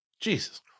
Jesus